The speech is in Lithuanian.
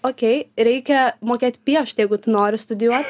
okei reikia mokėt piešt jeigu tu nori studijuoti